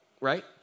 right